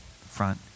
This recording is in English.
front